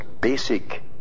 basic